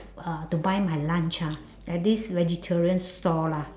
uh to buy my lunch ah at this vegetarian store lah